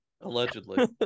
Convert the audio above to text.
Allegedly